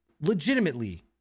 legitimately